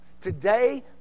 Today